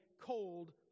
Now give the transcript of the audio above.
cold